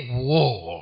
war